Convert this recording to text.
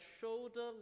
shoulder